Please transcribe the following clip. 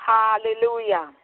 Hallelujah